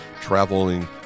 traveling